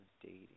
dating